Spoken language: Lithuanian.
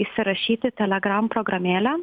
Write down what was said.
įsirašyti telegam programėlę